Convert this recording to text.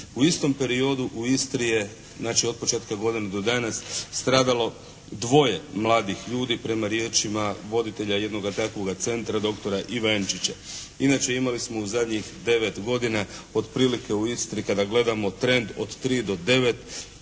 U istom periodu u Istri je, znači od početka godine do danas, stradalo dvoje mladih ljudi prema riječima voditelja jednoga takvoga centra doktora Ivančića. Inače, imali smo u zadnjih 9 godina otprilike u Istri kada gledamo trend od tri do devet